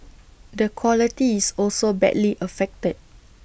the quality is also badly affected